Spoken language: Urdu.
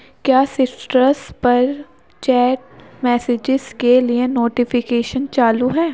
کیا سسٹرس پر چیٹ میسجز کے لیے نوٹیفیکیشن چالو ہے